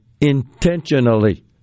intentionally